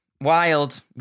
wild